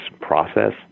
process